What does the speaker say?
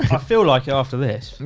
i feel like it after this.